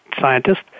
scientist